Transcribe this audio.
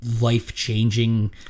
life-changing